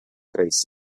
crisis